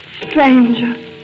stranger